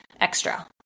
extra